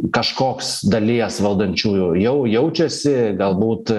kažkoks dalies valdančiųjų jau jaučiasi galbūt